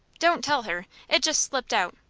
don't tell her. it just slipped out.